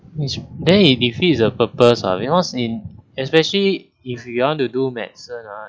which then it defeats the purpose ah because in especially if you want to do medicine ah